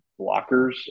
blockers